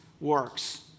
works